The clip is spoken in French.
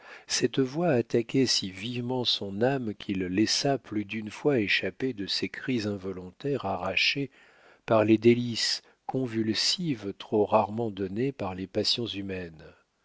cette voix attaquait si vivement son âme qu'il laissa plus d'une fois échapper de ces cris involontaires arrachés par les délices convulsives trop rarement données par les passions humaines